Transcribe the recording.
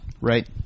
Right